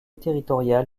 territorial